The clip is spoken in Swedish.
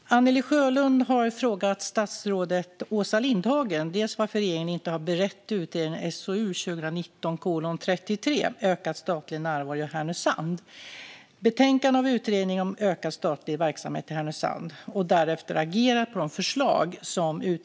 Fru talman! Anne-Li Sjölund har frågat statsrådet Åsa Lindhagen varför regeringen inte har berett det som föreslås i utredningen SOU 2019:33 Ökad statlig närvaro i Härnösand - Betänkande av utredningen om ökad statlig verksamhet i Härnösand och inte därefter agerat på förslagen. Hon har